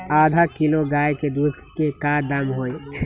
आधा किलो गाय के दूध के का दाम होई?